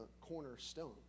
cornerstone